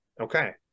okay